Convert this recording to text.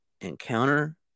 encounter